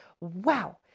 Wow